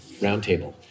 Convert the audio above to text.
roundtable